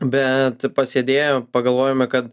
bet pasėdėję pagalvojome kad